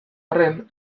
arren